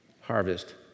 harvest